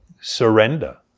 surrender